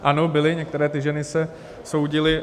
Ano, byly, některé ty ženy se soudily.